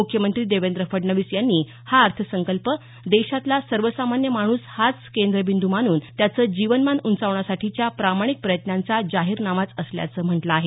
मुख्यमंत्री देवेंद्र फडणवीस यांनी हा अर्थसंकल्प देशातला सर्वसामान्य माणूस हाच केंद्र बिंद् मानून त्यांचं जीवनमान उंचावण्यासाठीच्या प्रामाणिक प्रयत्नांचा जाहीरनामाच असल्याचं म्हटलं आहे